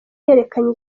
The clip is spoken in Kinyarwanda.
yerekeranye